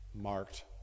marked